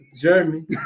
Jeremy